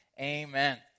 amen